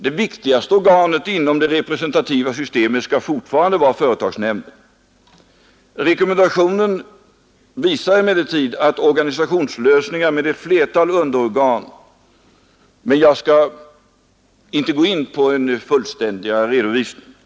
Det viktigaste organet inom det representativa systemet skall fortfarande vara företagsnämnden. I rekommendationen anförs vissa synpunkter på organisationslösningar med ett flertal underorgan, men jag skall inte gå in på en fullständigare redovisning.